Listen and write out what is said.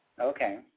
Okay